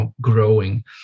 growing